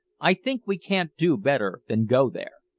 i think we can't do better than go there.